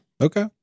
Okay